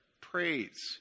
praise